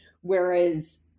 whereas